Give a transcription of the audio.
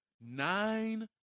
nine